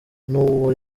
nuwo